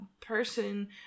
person